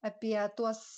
apie tuos